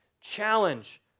Challenge